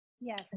Yes